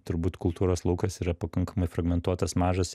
turbūt kultūros laukas yra pakankamai fragmentuotas mažas